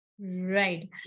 Right